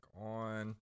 on